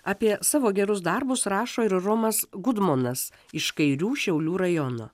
apie savo gerus darbus rašo ir romas gudmonas iš kairių šiaulių rajono